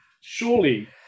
surely